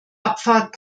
abfahrt